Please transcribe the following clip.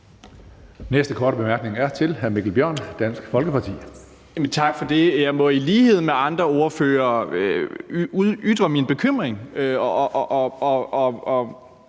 Næste korte bemærkning er til hr. Mikkel Bjørn, Dansk Folkeparti. Kl. 16:11 Mikkel Bjørn (DF): Tak for det. Jeg må i lighed med andre ordførere ytre min bekymring